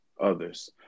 others